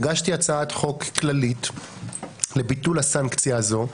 הגשתי הצעת חוק כללית לביטול הסנקציה הזאת,